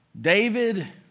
David